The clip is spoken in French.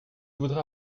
voudrais